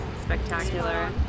spectacular